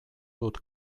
dut